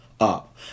up